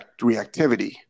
reactivity